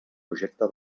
projecte